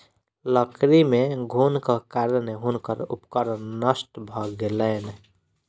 लकड़ी मे घुनक कारणेँ हुनकर उपकरण नष्ट भ गेलैन